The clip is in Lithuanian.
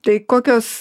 tai kokios